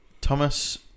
thomas